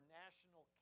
national